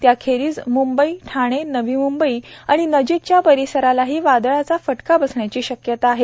त्या खेरीज मंबई ठाणे नवी मंबई आणि नजीकच्या परिसरालाही वादळाचा फटका बसण्याची शक्यता आहे